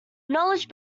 knowledge